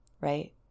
Right